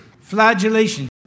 Flagellation